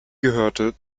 gehörte